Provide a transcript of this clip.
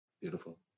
Beautiful